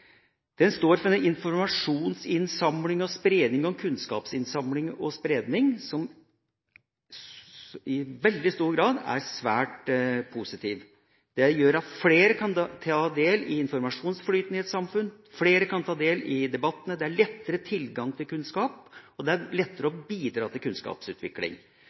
Den står for en informasjonsinnsamling og -spredning og en kunnskapsinnsamling og -spredning, som i veldig stor grad er svært positiv. Det gjør at flere kan ta del i informasjonsflyten i et samfunn, flere kan ta del i debattene, det er lettere tilgang til kunnskap, og det er lettere å bidra til kunnskapsutvikling.